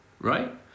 right